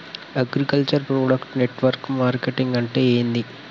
Agriculture product network marketing అంటే ఏంది?